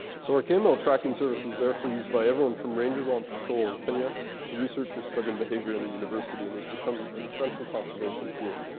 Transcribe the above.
so our kml tracking service is therefore used by everyone from rangers on patrol in kenya to researchers studying behavior in a university and has become an essential conservation tool.